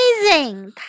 Amazing